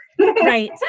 right